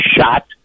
shot